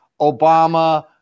obama